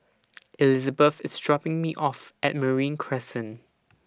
Elizabeth IS dropping Me off At Marine Crescent